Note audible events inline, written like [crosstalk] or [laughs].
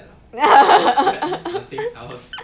[laughs]